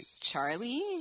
Charlie